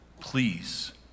please